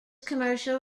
commercial